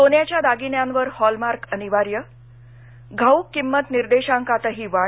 सोन्याच्या दागिन्यांवर हॉलमार्क अनिवार्य घाउक किंमत निर्देशांकातही वाढ